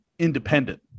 independent